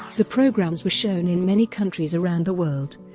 the programs were shown in many countries around the world,